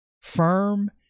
firm